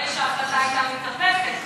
אבל אם הרוויזיה הייתה מתקבלת ההחלטה הייתה מתהפכת,